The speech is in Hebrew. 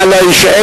נא להישאר.